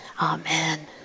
Amen